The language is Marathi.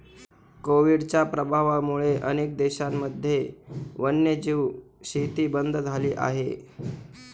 कोविडच्या प्रभावामुळे अनेक देशांमध्ये वन्यजीव शेती बंद झाली आहे